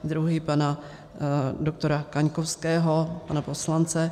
Druhý pana doktora Kaňkovského, pana poslance.